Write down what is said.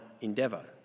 endeavour